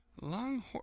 Long